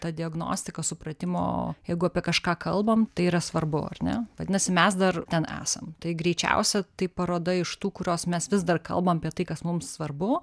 ta diagnostika supratimo jeigu apie kažką kalbam tai yra svarbu ar ne vadinasi mes dar ten esam tai greičiausia tai paroda iš tų kurios mes vis dar kalbame apie tai kas mums svarbu